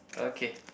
okay